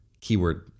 Keyword